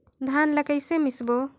धान ला कइसे मिसबो?